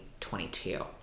2022